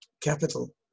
capital